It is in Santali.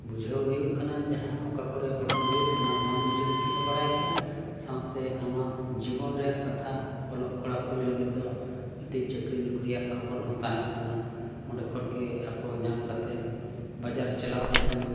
ᱵᱩᱡᱷᱟᱹᱣ ᱦᱩᱭᱩᱜ ᱠᱟᱱᱟ ᱡᱟᱦᱟᱸ ᱚᱠᱟ ᱠᱚᱨᱮᱫ ᱜᱷᱚᱴᱚᱱ ᱦᱩᱭᱩᱜ ᱠᱟᱱᱟ ᱚᱱᱟᱢ ᱵᱩᱡᱷᱟᱹᱣ ᱠᱮᱜᱼᱟ ᱵᱟᱰᱟᱭ ᱠᱮᱜᱼᱟ ᱥᱟᱶᱛᱮ ᱟᱢᱟᱜ ᱡᱤᱵᱚᱱ ᱨᱮᱭᱟᱜ ᱠᱟᱛᱷᱟ ᱚᱞᱚᱜ ᱠᱚᱲᱟᱼᱠᱩᱲᱤ ᱞᱟᱹᱜᱤᱫ ᱫᱚ ᱢᱤᱫᱴᱤᱡ ᱪᱟᱹᱠᱨᱤ ᱱᱚᱠᱨᱤ ᱨᱮᱭᱟᱜ ᱠᱷᱚᱵᱚᱨ ᱦᱚᱸ ᱛᱟᱦᱮᱱ ᱠᱟᱱᱟ ᱚᱸᱰᱮ ᱠᱷᱚᱱ ᱜᱮ ᱟᱠᱚ ᱧᱟᱢ ᱠᱟᱛᱮᱫ ᱵᱟᱡᱟᱨ ᱪᱟᱞᱟᱣ ᱠᱟᱛᱮᱫ